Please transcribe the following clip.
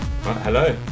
Hello